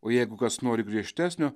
o jeigu kas nori griežtesnio